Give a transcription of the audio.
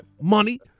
money